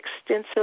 extensive